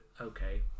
okay